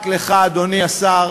רק לך, אדוני השר